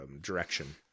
direction